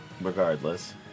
Regardless